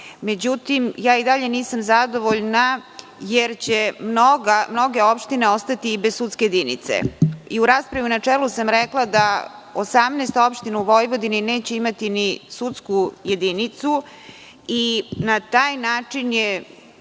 Međutim, nisam zadovoljna jer će mnoge opštine ostati bez sudske jedinice. U raspravi u načelu sam rekla da 18 opština u Vojvodini neće imati ni sudsku jedinicu i na taj način je